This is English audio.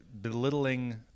belittling